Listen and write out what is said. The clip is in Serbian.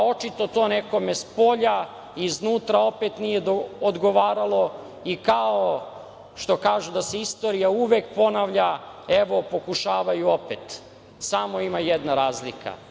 pa očito to nekome spolja i iznutra opet nije odgovaralo, i kao što kažu da se istorija uvek ponavlja, evo, pokušavaju opet. Samo ima jedna razlika,